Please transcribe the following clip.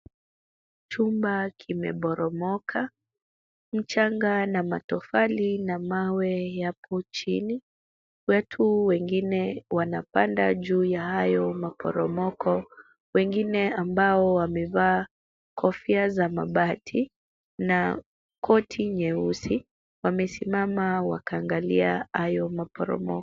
Chumba kimeboromoka. Mchanga na matofali na mawe yapo chini. Watu wengine wanapanda juu ya hayo maporomoko. Wengine ambao wamevaa kofia za mabati na koti nyeusi wamesimama wakaangalia hayo maporomoko.